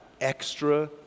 extra